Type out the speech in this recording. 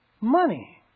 money